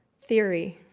theory